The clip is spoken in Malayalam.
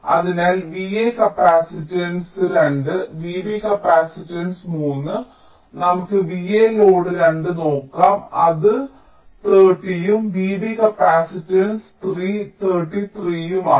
അതിനാൽ VA കപ്പാസിറ്റൻസ് 2 VB കപ്പാസിറ്റൻസ് 3 നമുക്ക് VA ലോഡ് 2 നോക്കാം അത് 30 ഉം VB കപ്പാസിറ്റൻസ് 3 33 ഉം ആണ്